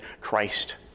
Christ